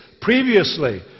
previously